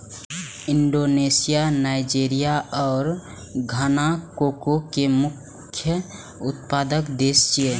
Indonesia, Nigeria आ Ghana cocoa के मुख्य उत्पादक देश छियै